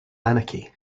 anarchy